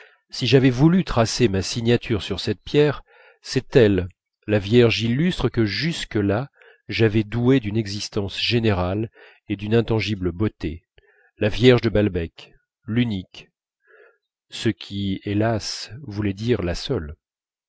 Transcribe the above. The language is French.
si j'avais voulu tracer ma signature sur cette pierre c'est elle la vierge illustre que jusque-là j'avais douée d'une existence générale et d'une intangible beauté la vierge de balbec l'unique